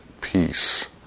peace